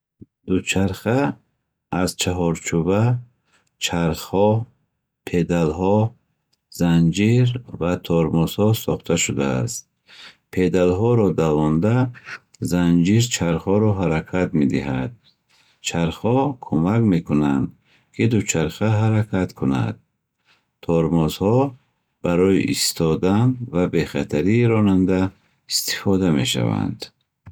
Дучарха аз чаҳорчӯба, чархҳо, педалҳо, занҷир ва тормозҳо сохта шудааст. Педалҳоро давонда, занҷир чархҳоро ҳаракат медиҳад. Чархҳо кӯмак мекунанд, ки дучарха ҳаракат кунад. Тормозҳо барои истодан ва бехатарии ронанда истифода мешаванд.